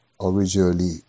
originally